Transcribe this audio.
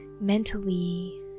mentally